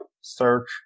search